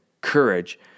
courage